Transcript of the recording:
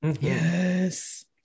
Yes